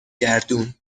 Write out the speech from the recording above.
گردون